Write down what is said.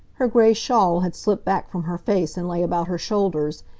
her gray shawl had slipped back from her face and lay about her shoulders,